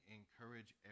encourage